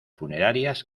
funerarias